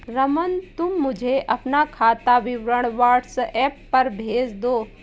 रमन, तुम मुझे अपना खाता विवरण व्हाट्सएप पर भेज दो